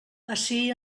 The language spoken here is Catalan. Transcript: ací